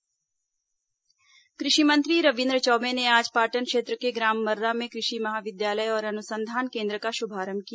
कृषि मंत्री कृषि महाविद्यालय कृषि मंत्री रविन्द्र चौबे ने आज पाटन क्षेत्र के ग्राम मर्रा में कृषि महाविद्यालय और अनुसंधान केन्द्र का शुभारंभ किया